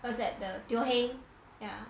what's that the teo heng yeah